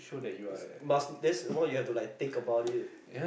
is must then some more you have to like think about it